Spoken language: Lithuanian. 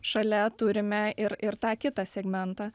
šalia turime ir ir tą kitą segmentą